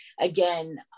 again